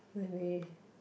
when we